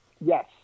Yes